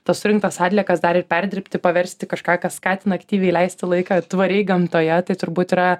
tas surinktas atliekas dar ir perdirbti paversti į kažką kas skatina aktyviai leisti laiką tvariai gamtoje tai turbūt yra